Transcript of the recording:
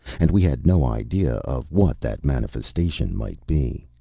and we had no idea of what that manifestation might be.